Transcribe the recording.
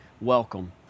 Welcome